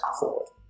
forward